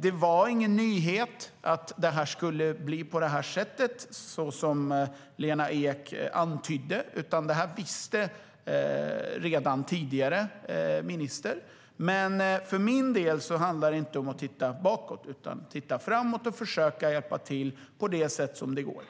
Det var ingen nyhet att det skulle bli på det här sättet, vilket Lena Ek antydde. Redan den tidigare ministern visste det här. Men för min del handlar det inte om att titta bakåt utan om att titta framåt och försöka hjälpa till på det sätt som går.